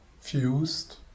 fused